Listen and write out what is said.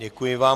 Děkuji vám.